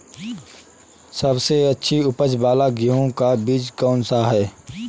सबसे अच्छी उपज वाला गेहूँ का बीज कौन सा है?